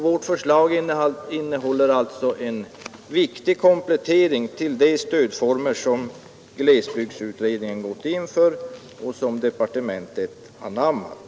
Vårt förslag innehåller alltså en viktig komplettering till de stödformer som glesbygdsutredningen gått in för och som departementet anammat.